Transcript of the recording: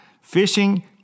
Fishing